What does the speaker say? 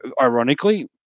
ironically